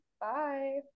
Bye